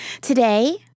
Today